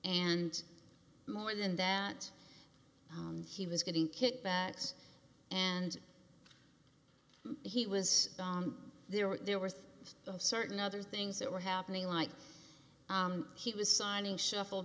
and more than that he was getting kickbacks and he was there were there were certain other things that were happening like he was signing shuffle